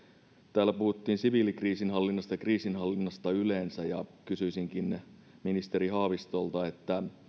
täällä puhuttiin siviilikriisinhallinnasta ja kriisinhallinnasta yleensä ja kysyisinkin ministeri haavistolta